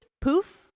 poof